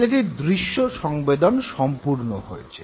ছেলেটির দৃশ্য সংবেদন সম্পূর্ণ হয়েছে